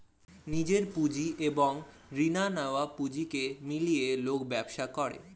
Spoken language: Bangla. নিজের পুঁজি এবং রিনা নেয়া পুঁজিকে মিলিয়ে লোক ব্যবসা করে